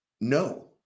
no